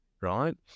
right